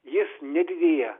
jis nedidėja